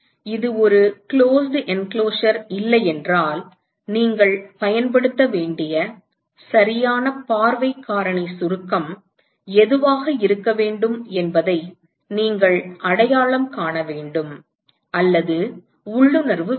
இது ஒரு மூடிய உறை இல்லை என்றால் நீங்கள் பயன்படுத்த வேண்டிய சரியான பார்வை காரணி சுருக்கம் எதுவாக இருக்க வேண்டும் என்பதை நீங்கள் அடையாளம் காண வேண்டும் அல்லது உள்ளுணர்வு வேண்டும்